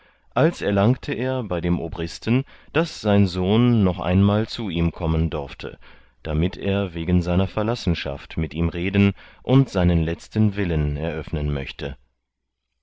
als erlangte er bei dem obristen daß sein sohn noch einmal zu ihm kommen dorfte damit er wegen seiner verlassenschaft mit ihm reden und seinen letzten willen eröffnen möchte